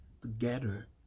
together